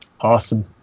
Awesome